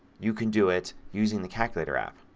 you can do it using the calculator app.